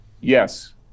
Yes